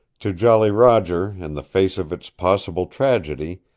to jolly roger, in the face of its possible tragedy,